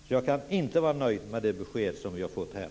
Jag kan därför inte vara nöjd med det besked som vi har fått här.